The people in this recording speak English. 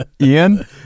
Ian